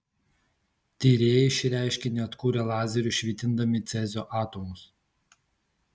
tyrėjai šį reiškinį atkūrė lazeriu švitindami cezio atomus